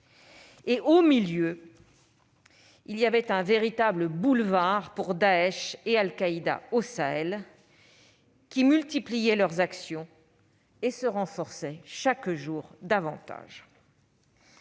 Au milieu, il y avait un véritable boulevard pour Daech et Al-Qaïda au Sahel, qui multipliaient leurs actions et se renforçaient chaque jour davantage.